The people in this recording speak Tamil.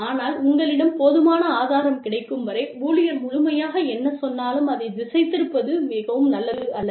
ஆனால் உங்களிடம் போதுமான ஆதாரம் கிடைக்கும் வரை ஊழியர் முழுமையாக என்ன சொன்னாலும் அதைத் திசைதிருப்புவது மிகவும் நல்லதல்ல